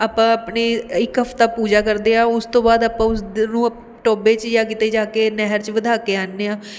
ਆਪਾਂ ਆਪਣੀ ਇੱਕ ਹਫ਼ਤਾ ਪੂਜਾ ਕਰਦੇ ਹਾਂ ਉਸ ਤੋਂ ਬਾਅਦ ਆਪਾਂ ਟੋਭੇ 'ਚ ਜਾਂ ਕਿਤੇ ਜਾ ਕੇ ਨਹਿਰ 'ਚ ਵਧਾ ਕੇ ਆਉਂਦੇ ਹਾਂ